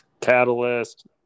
Catalyst